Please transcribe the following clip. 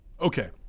Okay